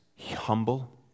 humble